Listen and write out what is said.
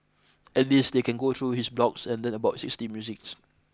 at least they can go through his blogs and learn about sixties musics